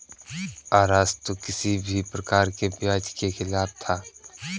अरस्तु किसी भी प्रकार के ब्याज के खिलाफ था